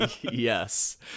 Yes